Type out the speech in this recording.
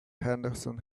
henderson